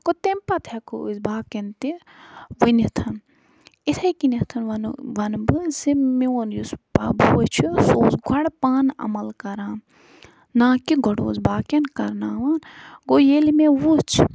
گوٚو تیٚمۍ پتہٕ ہٮ۪کَو أسۍ باقِیَن تہِ ؤنِتھ یِتھٕے کٔنٮ۪تھ وَنَو وَنہٕ بہٕ زِ میون یُس بوے چھُ سُہ اوس گۄڈٕ پانہٕ عمل کران نا کہِ گۄڈٕ اوس باقِیَن کَرٕناوان گوٚو ییٚلہِ مےٚ وُچھ